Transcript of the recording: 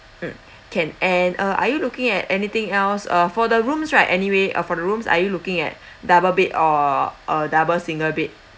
mm can and uh are you looking at anything else ah for the rooms right anyway uh for the rooms are you looking at double bed or a double single bed